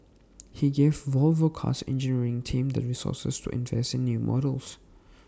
he gave Volvo car's engineering team the resources to invest in new models